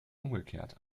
umgekehrt